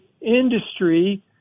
industry